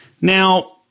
Now